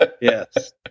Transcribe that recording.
Yes